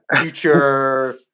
future